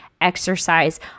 exercise